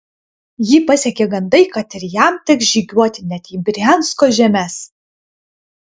jį pasiekė gandai kad ir jam teks žygiuoti net į briansko žemes